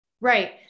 Right